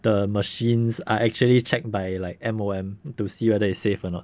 the machines are actually checked by like M_O_M to see whether it's safe or not